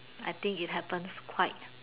I think it happens quite